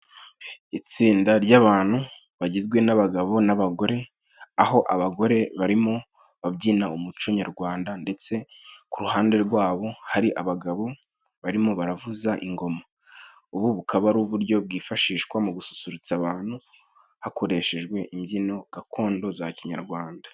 Itsinda ry'abantu bagizwe n'abagabo n'abagore, aho abagore bari mo babyina umuco nyarwanda, ndetse ku ruhande rwa bo hari abagabo bari mo baravuza ingoma. Ubu bukaba ari uburyo bwifashishwa mu gususurutsa abantu, hakoreshejwe imbyino gakondo za kinyarwanda.